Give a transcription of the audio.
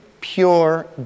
pure